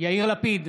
יאיר לפיד,